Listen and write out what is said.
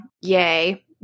yay